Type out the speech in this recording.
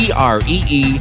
tree